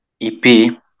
EP